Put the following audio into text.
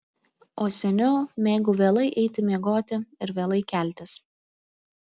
o seniau mėgau vėlai eiti miegoti ir vėlai keltis